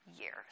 years